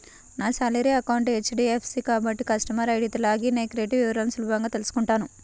నా salary account HDFC కాబట్టి customer ఐడీతో లాగిన్ అయ్యి క్రెడిట్ వివరాలను సులభంగా తెల్సుకుంటాను